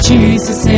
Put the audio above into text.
Jesus